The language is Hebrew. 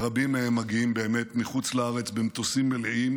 רבים מהם מגיעים באמת מחוץ לארץ במטוסים מלאים,